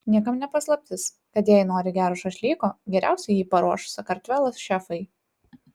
niekam ne paslaptis kad jei nori gero šašlyko geriausiai jį paruoš sakartvelo šefai